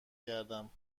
کردم